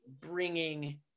bringing